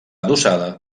adossada